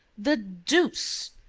the deuce!